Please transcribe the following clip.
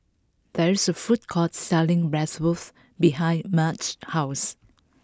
there is a food court selling Bratwurst behind Marge's house